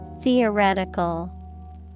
Theoretical